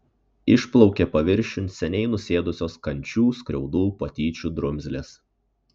išplaukė paviršiun seniai nusėdusios kančių skriaudų patyčių drumzlės